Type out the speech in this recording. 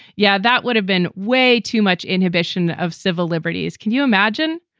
yeah, that would have been way too much inhibition of civil liberties. can you imagine?